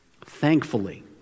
Thankfully